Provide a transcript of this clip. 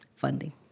Funding